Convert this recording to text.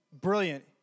brilliant